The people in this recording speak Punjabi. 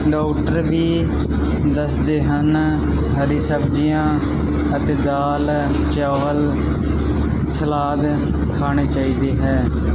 ਡੋਕਟਰ ਵੀ ਦੱਸਦੇ ਹਨ ਹਰੀਆਂ ਸਬਜ਼ੀਆਂ ਅਤੇ ਦਾਲ ਚਾਵਲ ਸਲਾਦ ਖਾਣੇ ਚਾਹੀਦੇ ਹੈ